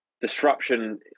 disruption